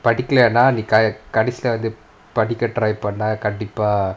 படிக்கலேனா நீ கடைசி காலத்துல படிக்க சொன்னா:paadikalaenaa nee kadaisi kaalathula padika sonna try பண்ணா:pannaa